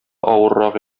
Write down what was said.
авыррак